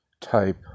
type